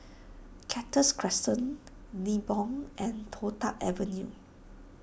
Cactus Crescent Nibong and Toh Tuck Avenue